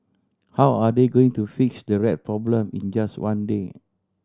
how are they going to fix the rat problem in just one day